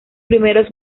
primeros